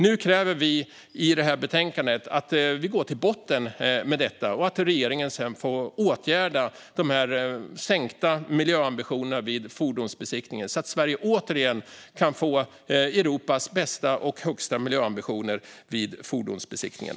Nu kräver vi i betänkandet att vi går till botten med detta och att regeringen sedan får åtgärda de sänkta miljöambitionerna vid fordonsbesiktningen så att Sverige återigen kan få Europas bästa och högsta miljöambitioner vid fordonsbesiktningen.